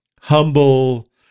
humble